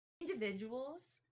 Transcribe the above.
individuals